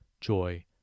joy